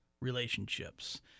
relationships